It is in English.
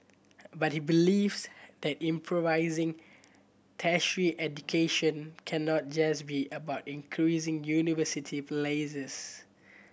but he believes that improvising tertiary education cannot just be about increasing university places